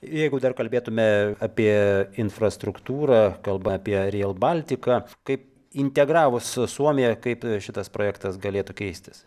jeigu dar kalbėtumėme apie infrastruktūrą kalba apie real baltica kaip integravus su suomija kaip šitas projektas galėtų keistis